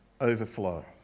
overflow